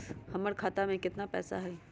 हमर खाता में केतना पैसा हई?